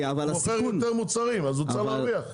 הוא מוכר יותר מוצרים אז הוא צריך להרוויח.